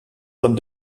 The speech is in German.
dran